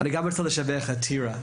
אני גם רוצה לשבח את טירה.